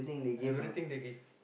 everything they give